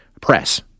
press